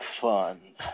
fun